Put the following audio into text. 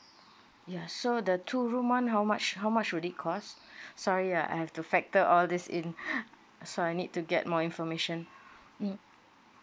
ya so the two room one how much how much will it cost sorry ah I have to factor all these in so I need to get more information mm